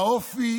האופי